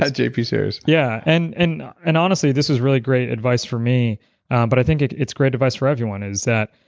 jp yeah sears yeah. and and and honestly, this was really great advice for me but i think it's great advice for everyone, is that,